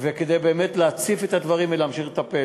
כדי להציף את הדברים ולהמשיך לטפל.